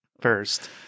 first